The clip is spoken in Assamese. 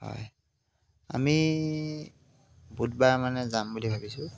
হয় আমি বুধবাৰে মানে যাম বুলি ভাবিছোঁ